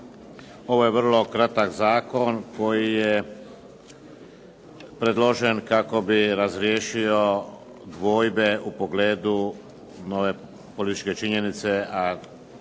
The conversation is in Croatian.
Ovo je vrlo kratak zakon koji je predložen kako bi razriješio dvojbe u pogledu nove političke činjenice,